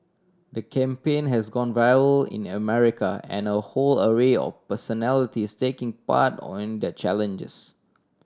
the campaign has gone viral in America and a whole array of personalities taking part on the challenges